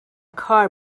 car